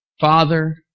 Father